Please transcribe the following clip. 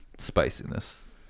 spiciness